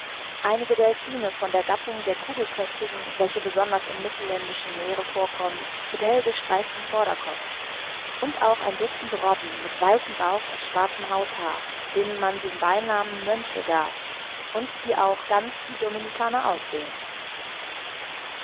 einige delphine von der gattung der kugelköpfigen welche besonders im mittelländischen meere vorkommen mit hellgestreiftem vorderkopf und auch ein dutzend robben mit weißem bauch und schwarzem hauthaar denen man den beinamen mönche gab und die auch ganz wie dominicaner aussehen